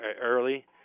early